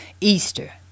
Easter